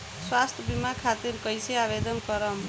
स्वास्थ्य बीमा खातिर कईसे आवेदन करम?